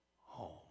home